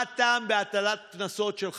מה הטעם בהטלת קנסות של 5,000,